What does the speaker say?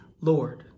Lord